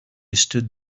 stood